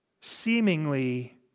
seemingly